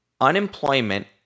unemployment